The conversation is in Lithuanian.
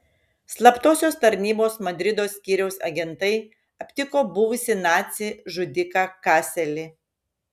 slaptosios tarnybos madrido skyriaus agentai aptiko buvusį nacį žudiką kaselį